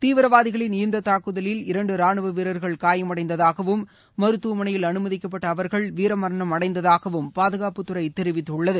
தீவிரவாதிகளின் இந்தத் தாக்குதலில் இரண்டு ரானுவ வீரர்கள் காயமடைந்ததாகவும் மருத்துவமனையில் அனுமதிக்கப்பட்ட அவர்கள் வீர மரணம் அடைந்ததாகவும் பாதுகாப்புத்துறை தெரிவித்துள்ளது